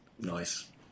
Nice